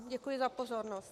Děkuji za pozornost.